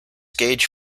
gauge